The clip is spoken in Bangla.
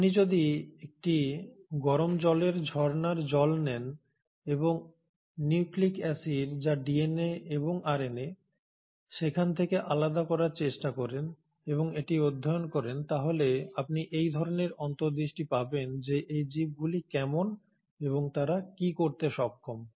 আপনি যদি একটি গরম জলের ঝরনার জল নেন এবং নিউক্লিক অ্যাসিড যা ডিএনএ এবং আরএনএ সেখান থেকে আলাদা করার চেষ্টা করেন এবং এটি অধ্যয়ন করেন তাহলে আপনি এক ধরণের অন্তর্দৃষ্টি পাবেন যে এই জীবগুলি কেমন এবং তারা কি করতে সক্ষম